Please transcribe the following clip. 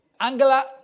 Angela